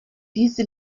diese